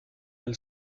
elle